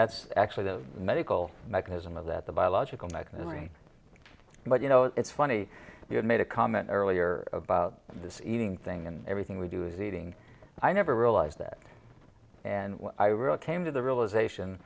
that's actually the medical mechanism of that the biological mechanism right but you know it's funny you made a comment earlier about this eating thing and everything we do is eating i never realized that and i really came to the realization